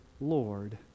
Lord